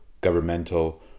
governmental